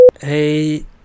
Hey